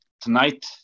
tonight